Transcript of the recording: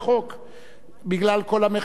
בגלל כל המחלפים וכל הדברים.